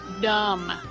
dumb